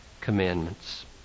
commandments